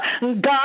God